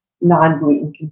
non-gluten